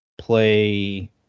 Play